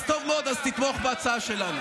גם אני רוצה, אז טוב מאוד, אז תתמוך בהצעה שלנו.